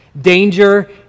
Danger